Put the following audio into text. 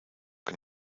que